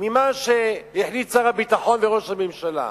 ממה שהחליטו שר הביטחון וראש הממשלה.